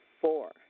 Four